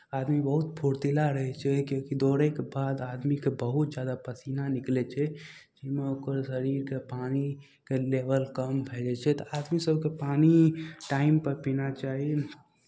आदमी बहुत फुर्तिला रहै छै क्यूँकि दौड़यके बाद आदमीके बहुत ज्यादा पसीना निकलै छै जाहिमे ओकर शरीरके पानिके लेवल कम भए जाइ छै तऽ आदमी सभकेँ पानि टाइमपर पीना चाही